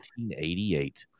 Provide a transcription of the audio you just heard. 1988